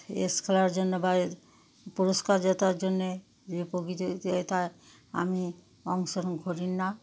race খেলার জন্য বা পুরস্কার জেতার জন্যে যে প্রতিযোগিতায় আমি অংশগ্রহণ করি না